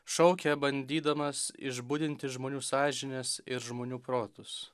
šaukia bandydamas išbudinti žmonių sąžines ir žmonių protus